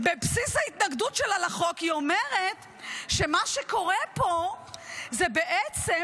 בבסיס ההתנגדות שלה לחוק היא אומרת שמה שקורה פה זה בעצם